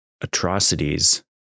atrocities